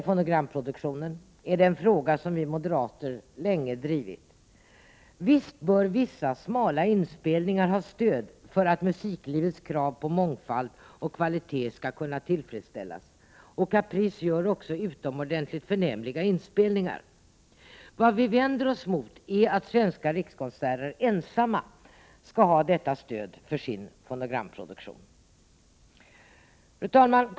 Fonogramproduktionen är en fråga som vi moderater länge har drivit. Visst bör vissa smala inspelningar ha stöd för att musiklivets krav på mångfald och kvalitet skall kunna tillfredsställas. Caprise gör också utomordentligt förnämliga inspelningar. Vad vi vänder oss emot är att stiftelsen Svenska rikskonserter ensam skall ha detta stöd för sin fonogramproduktion. Fru talman!